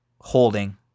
Holding